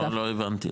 לא הבנתי,